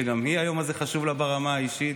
שגם לה היום הזה חשוב ברמה האישית,